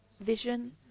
vision